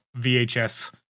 VHS